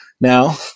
now